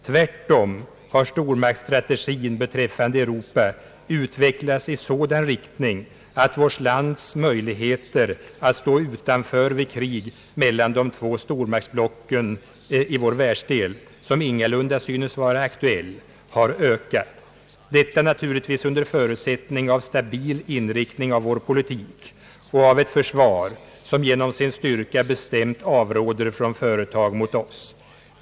Tvärtom har stormaktsstrategin beträffande Europa utvecklats i sådan riktning att vårt lands möjligheter att stå utanför vid krig mellan de två stormaktsblocken i vår världsdel — vilket ingalunda synes vara aktuellt — har ökat. Detta naturligtvis under förutsättning av en så stabil inriktning av vår politik och vårt försvar, att det genom sin styrka bestämt avråder från företag mot oss.